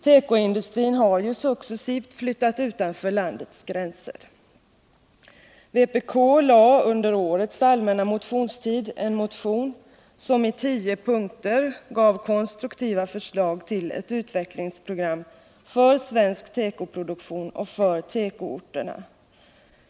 Tekoindustrin har ju successivt flyttat utanför landets gränser. Vpk lade under årets allmänna motionstid fram en motion, som i tio punkter gav konstruktiva förslag till ett utvecklingsprogram för svensk tekoproduktion och för tekoorterna.